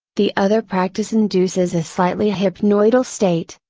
the other practice induces a slightly hypnoidal state,